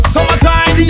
Summertime